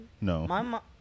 No